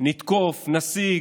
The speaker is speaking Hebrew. נתקוף, נשיג,